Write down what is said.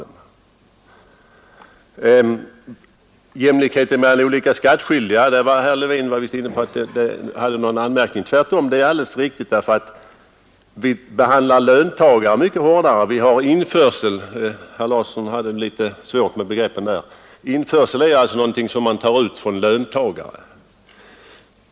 När det gäller jämlikheten mellan olika skattskyldiga hade herr Levin en del att säga, och det finns det anledning att göra, ty vi behandlar löntagarna mycket hårdare. För dem har vi systemet med införsel i lön. Herr Larsson i Umeå hade litet svårt med begreppen i det sammanhanget. Införsel är metoden att ta ut skattepengar från löntagarna.